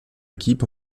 équipes